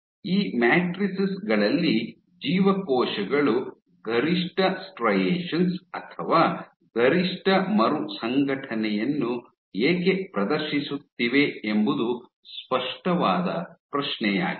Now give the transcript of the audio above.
ಈ ಮ್ಯಾಟ್ರಿಸೆಸ್ ಗಳಲ್ಲಿ ಜೀವಕೋಶಗಳು ಗರಿಷ್ಠ ಸ್ಟ್ರೈಯೆಷನ್ಸ್ ಅಥವಾ ಗರಿಷ್ಠ ಮರುಸಂಘಟನೆಯನ್ನು ಏಕೆ ಪ್ರದರ್ಶಿಸುತ್ತಿವೆ ಎಂಬುದು ಸ್ಪಷ್ಟವಾದ ಪ್ರಶ್ನೆಯಾಗಿದೆ